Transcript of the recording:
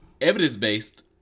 evidence-based